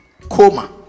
coma